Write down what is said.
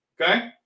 Okay